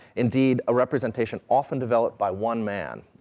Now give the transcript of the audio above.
indeed, a representation often developed by one man,